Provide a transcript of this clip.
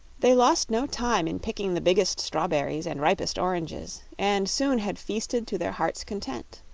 they lost no time in picking the biggest strawberries and ripest oranges and soon had feasted to their hearts' content.